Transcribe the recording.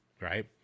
Right